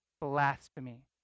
blasphemy